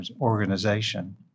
organization